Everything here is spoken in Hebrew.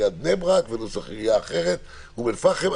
עיריית בני ברק ונוסח עיריית אום אל-פאחם.